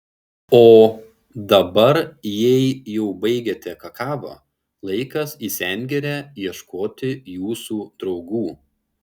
o dabar jei jau baigėte kakavą laikas į sengirę ieškoti jūsų draugų